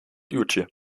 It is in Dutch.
uurtje